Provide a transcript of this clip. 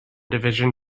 division